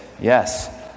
yes